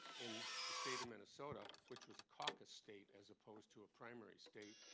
in the state of minnesota, which was a caucus state as opposed to a primary state,